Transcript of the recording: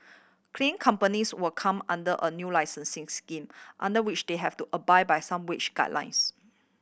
clean companies will come under a new licensing scheme under which they have to abide by some wage guidelines